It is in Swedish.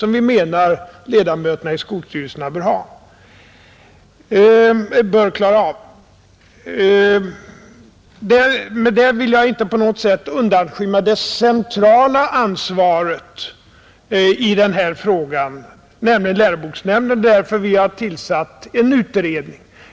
Med detta vill jag inte på något sätt undanskymma det centrala ansvar som läroboksnämnden har i denna fråga, och det är också därför som vi har tillsatt en utredning.